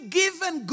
given